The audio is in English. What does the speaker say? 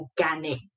organic